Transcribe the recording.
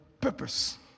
purpose